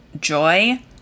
joy